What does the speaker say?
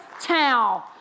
town